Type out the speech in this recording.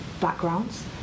backgrounds